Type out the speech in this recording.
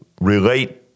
relate